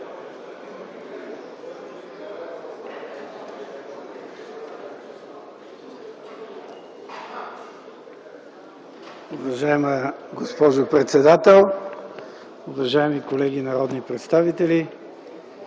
Уважаема госпожо председател, уважаеми колеги народни представители!